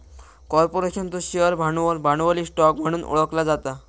कॉर्पोरेशनचो शेअर भांडवल, भांडवली स्टॉक म्हणून ओळखला जाता